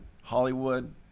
Hollywood